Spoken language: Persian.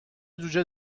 جوجه